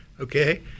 Okay